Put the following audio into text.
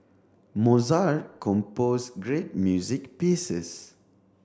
Mozart compose great music pieces